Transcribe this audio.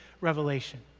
revelation